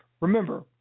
remember